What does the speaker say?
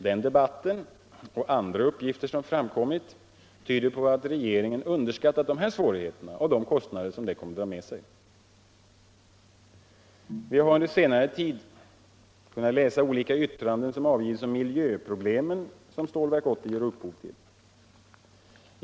Den debatten och andra uppgifter som framkommit tyder på att regeringen har underskattat dessa svårigheter och de kostnader som de kommer att dra med sig. Vi har under senare tid kunnat läsa olika yttranden som avgivits om de miljöproblem som Stålverk 80 ger upphov till.